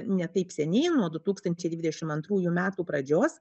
ne taip seniai nuo du tūkstančiai dvidešimt antrųjų metų pradžios